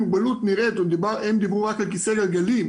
מוגבלות נראית הם דיברו רק על כיסא גלגלים,